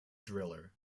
driller